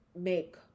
make